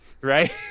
right